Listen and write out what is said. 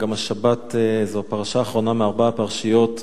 גם השבת זו הפרשה האחרונה בארבע הפרשיות,